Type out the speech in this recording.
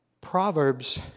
Proverbs